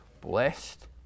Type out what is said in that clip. blessed